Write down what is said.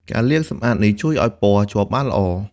ការលាងសម្អាតនេះជួយឱ្យពណ៌ជាប់បានល្អ។